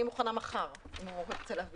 אני מוכנה מחר אם הוא רוצה להביא